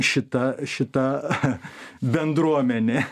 šita šita bendruomenė